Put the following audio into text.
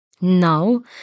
Now